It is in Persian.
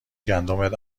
گندمت